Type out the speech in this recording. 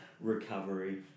recovery